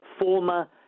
former